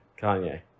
Kanye